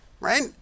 Right